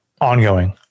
ongoing